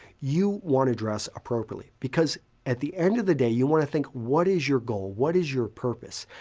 you want to dress appropriately because at the end of the day, you want to think what is your goal, what is your purpose.